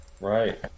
Right